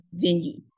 venue